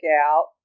out